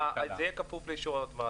אז זה יהיה כפוף לאישור הוועדה.